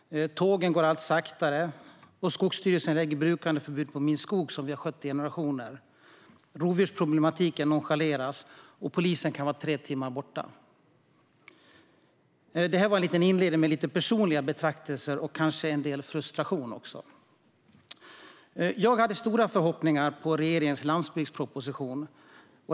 Tågen går allt saktare. Skogsstyrelsen lägger brukandeförbud på min skog som vi skött i generationer. Rovdjursproblematiken nonchaleras. Och polisen kan vara tre timmar bort. Det här var en inledning med lite personliga betraktelser och kanske även en del frustration. Jag hade stora förhoppningar på regeringens landsbygdsproposition.